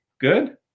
good